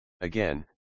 Again